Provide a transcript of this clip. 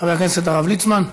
חבר הכנסת הרב ליצמן.